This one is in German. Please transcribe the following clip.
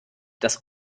das